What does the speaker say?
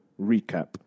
recap